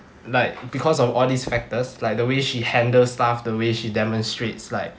like because of all these factors like the way she handle stuff the way she demonstrates like